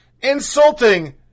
insulting